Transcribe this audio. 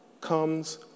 comes